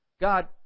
God